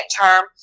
term